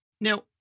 Now